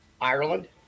ireland